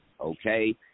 Okay